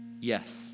yes